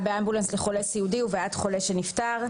באמבולנס לחולה סיעודי ובעד חולה שנפטר),